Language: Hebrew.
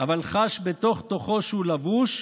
אבל חש בתוך-תוכו שהוא לבוש,